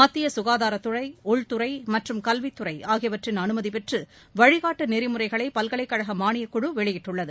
மத்திய கனதாரத்துறை உள்துறை மற்றும் கல்வித்துறை ஆகியவற்றின் அனுமதி பெற்று வழிகாட்டு நெறிமுறைகளை பல்கலைக்கழக மானியக்குழு வெளியிட்டுள்ளது